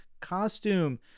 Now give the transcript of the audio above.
costume